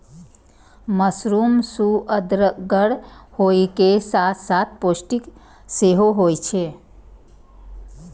mushroom सुअदगर होइ के साथ साथ पौष्टिक सेहो होइ छै